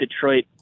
detroit